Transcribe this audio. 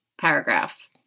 paragraph